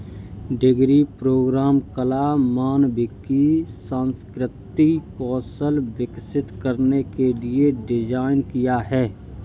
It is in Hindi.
डिग्री प्रोग्राम कला, मानविकी, सांस्कृतिक कौशल विकसित करने के लिए डिज़ाइन किया है